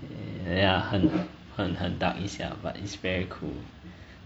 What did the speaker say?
yeah 很很很 dark 一下 but is very cool